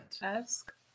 Ask